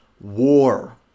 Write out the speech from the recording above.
war